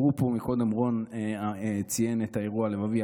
רון ציין את האירוע הלבבי,